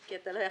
כי אתה לא יכול.